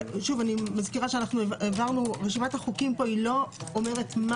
אני מזכירה שרשימת החוקים פה לא אומרת מה